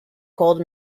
called